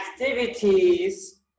activities